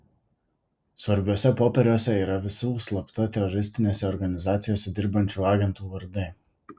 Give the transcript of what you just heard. svarbiuose popieriuose yra visų slapta teroristinėse organizacijose dirbančių agentų vardai